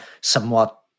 somewhat